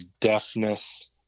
deafness